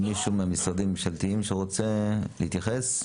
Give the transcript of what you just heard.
מישהו מהמשרדים הממשלתיים שרוצה להתייחס?